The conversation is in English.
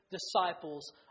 disciples